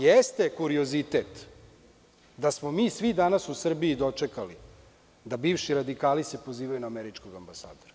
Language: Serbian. Jeste kuriozitet da smo mi svi danas u Srbiji dočekali da bivši radikali se pozivaju na američkog ambasadora.